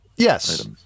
Yes